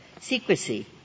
secrecy